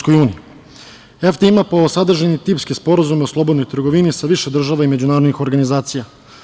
Sporazum EFTA ima po sadržaju tipske sporazume o slobodnoj trgovini sa više država i međunarodnih organizacija.